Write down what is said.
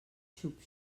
xup